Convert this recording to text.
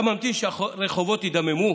אתה ממתין שהרחובות ידממו?